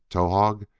towahg!